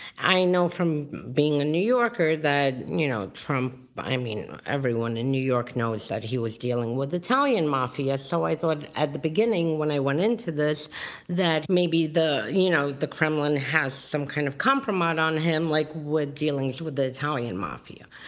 i know from being a new yorker that you know trump, but i and mean everyone in new york knows that he was dealing with italian mafia. so i thought at the beginning when i went into this that maybe the you know the kremlin has some kind of kompromat on him like with dealings with the italian mafia.